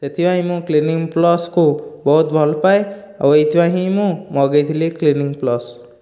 ଏଥିପାଇଁ ମୁଁ କ୍ଲିନିକ ପ୍ଲସ୍କୁ ବହୁତ ଭଲ ପାଏ ଆଉ ଏଥିପାଇଁ ହିଁ ମୁଁ ମଗାଇ ଥିଲି କ୍ଲିନିକ ପ୍ଲସ୍